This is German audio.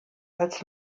als